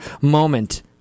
moment